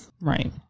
Right